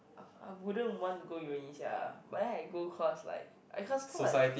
I I wouldn't want to go uni sia but then I go cause like I cause cause like